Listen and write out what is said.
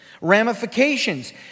ramifications